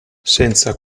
senza